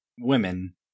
Women